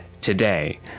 today